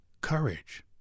courage